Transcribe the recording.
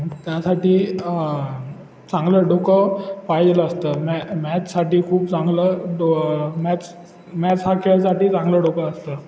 त्यासाठी चांगलं डोकं पाहिजेल असतं मॅ मॅथसाठी खूप चांगलं डो मॅथ्स मॅथ्स हा खेळासाठी चांगलं डोकं असतं